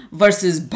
versus